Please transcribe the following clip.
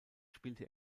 spielte